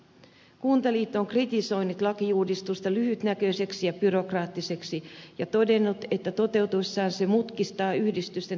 kuntaliitto on kritisoinut lakiuudistusta lyhytnäköiseksi ja byrokraattiseksi ja todennut että toteutuessaan se mutkistaa yhdistysten työllistämismahdollisuuksia